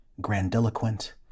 grandiloquent